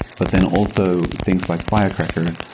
but then also things like firecracker,